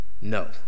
No